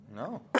No